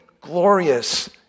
glorious